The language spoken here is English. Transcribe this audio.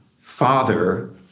father